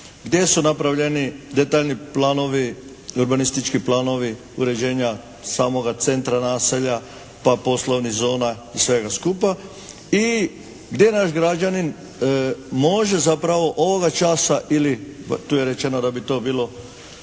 gdje su napravljeni detaljni planovi, urbanistički planovi uređenja samoga centra naselja pa poslovnih zona i svega skupa i gdje naš građanin može zapravo ovoga časa ili tu je rečeno da bi to bilo